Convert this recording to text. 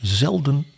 zelden